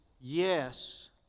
yes